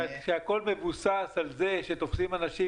כשהכול מבוסס על זה שתופסים אנשים,